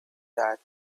that